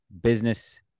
business